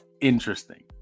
interesting